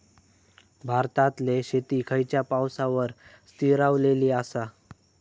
भारतातले शेती खयच्या पावसावर स्थिरावलेली आसा?